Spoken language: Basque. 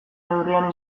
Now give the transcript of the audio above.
neurrian